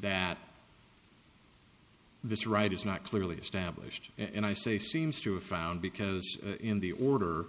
that this right is not clearly established and i say seems to have found because in the order